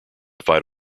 fight